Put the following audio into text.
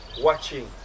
watching